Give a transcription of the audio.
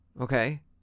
okay